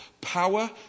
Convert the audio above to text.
Power